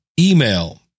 email